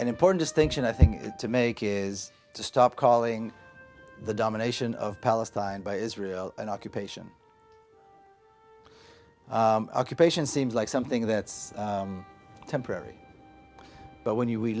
an important distinction i think to make is to stop calling the domination of palestine by israel and occupation occupation seems like something that's temporary but when you we